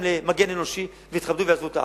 למגן אנושי ושיתכבדו ויעזבו את הארץ.